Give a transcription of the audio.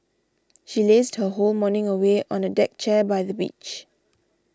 she lazed her whole morning away on a deck chair by the beach